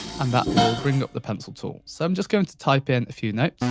and that will bring up the pencil tool. so i'm just going to type in a few notes.